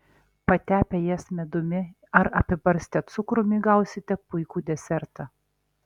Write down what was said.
patepę jas medumi ar apibarstę cukrumi gausite puikų desertą